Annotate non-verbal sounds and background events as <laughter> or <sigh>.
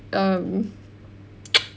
um <noise>